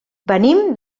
venim